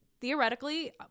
theoretically